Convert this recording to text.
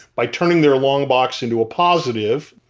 by turning their long box into a positive.